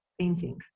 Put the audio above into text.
painting